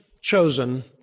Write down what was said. chosen